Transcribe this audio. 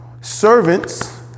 Servants